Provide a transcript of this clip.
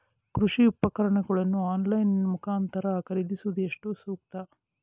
ಕೃಷಿ ಉಪಕರಣಗಳನ್ನು ಆನ್ಲೈನ್ ಮುಖಾಂತರ ಖರೀದಿಸುವುದು ಎಷ್ಟು ಸೂಕ್ತ?